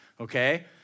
Okay